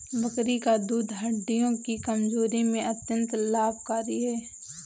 बकरी का दूध हड्डियों की कमजोरी में अत्यंत लाभकारी है